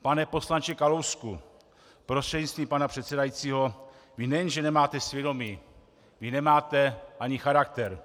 Pane poslanče Kalousku prostřednictvím pana předsedajícího, vy nejen že nemáte svědomí, vy nemáte ani charakter.